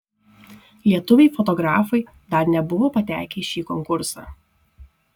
lietuviai fotografai dar nebuvo patekę į šį konkursą